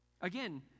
Again